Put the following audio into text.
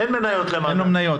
אין מניות למד"א.